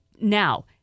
now